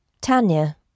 Tanya